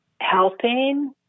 helping